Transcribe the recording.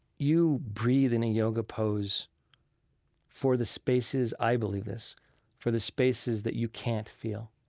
you breathe in a yoga pose for the spaces i believe this for the spaces that you can't feel.